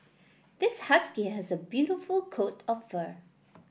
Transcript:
this husky has a beautiful coat of fur